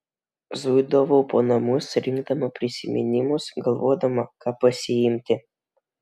zuidavau po namus rinkdama prisiminimus galvodama ką pasiimti